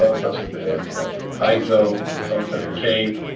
ah such as the you know iso, twenty seven k,